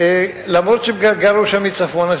אף-על-פי שהם גרו שם מצפון,